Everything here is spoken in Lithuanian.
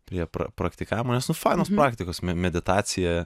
prie pra praktikavimo nes nu fainos praktikos meditacija